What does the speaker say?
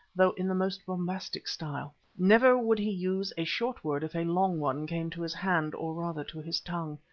though in the most bombastic style. never would he use a short word if a long one came to his hand, or rather to his tongue.